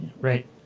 Right